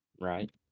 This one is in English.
Right